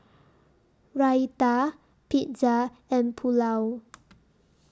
Raita Pizza and Pulao